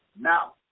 Now